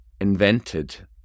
invented